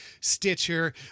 stitcher